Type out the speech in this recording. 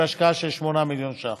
בהשקעה של 8 מיליון שקל.